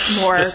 more